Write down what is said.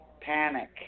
Panic